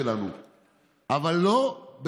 זה התפקיד שלנו.